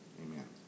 Amen